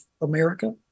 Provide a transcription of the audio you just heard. america